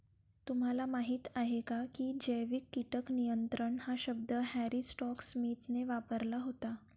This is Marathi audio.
तुम्हाला माहीत आहे का की जैविक कीटक नियंत्रण हा शब्द हॅरी स्कॉट स्मिथने वापरला होता?